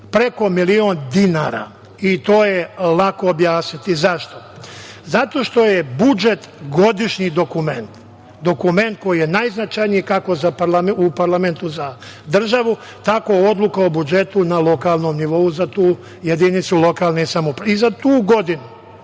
preko milion dinara i to je lako objasniti.Zašto? Zato što je budžet godišnji dokument, dokument koji je najznačajniji kako u parlamentu za državu, tako odluka o budžetu na lokalnom nivou za tu jedinicu lokalne samouprave. I za tu godinu,